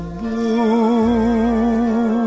blue